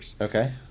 Okay